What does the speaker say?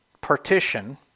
partition